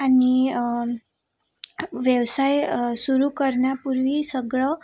आणि व्यवसाय सुरु करण्यापूर्वी सगळं